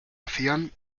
hacían